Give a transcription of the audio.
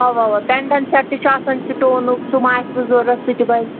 اَوا اَوا pendant set تہِ چھُ آسان سِٹونُک سُہ ما آسِوُ ضروٗرَت سُہ تہِ بَنہِ